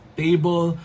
table